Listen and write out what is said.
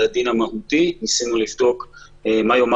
הדין המהותי ניסינו לבדוק מה יאמר